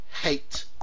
hate